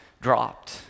dropped